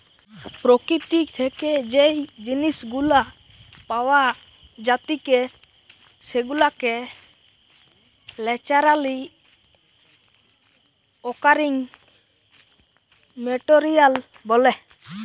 প্রকৃতি থেকে যেই জিনিস গুলা পাওয়া জাতিকে সেগুলাকে ন্যাচারালি অকারিং মেটেরিয়াল বলে